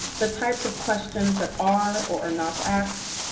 the types of questions that are or are not asked,